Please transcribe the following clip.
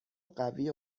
قوی